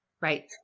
right